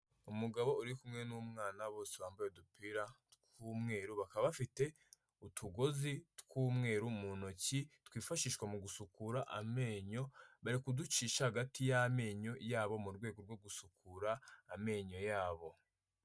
Umugabo uri kumwe n'umwana, bose bambaye udupira tw'umweru, bakaba bafite utugozi tw'umweru mu ntoki twifashishwa mu gusukura amenyo, bari kuducisha hagati y'amenyo yabo mu rwego rwo gusukura amenyo yabo.